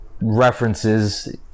References